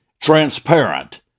transparent